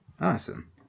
awesome